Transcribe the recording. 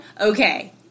okay